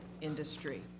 industry